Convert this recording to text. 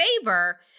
favor